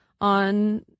on